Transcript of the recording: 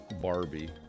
Barbie